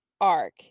arc